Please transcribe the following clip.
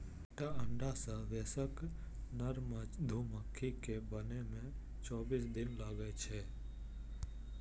एकटा अंडा सं वयस्क नर मधुमाछी कें बनै मे चौबीस दिन लागै छै